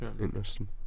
Interesting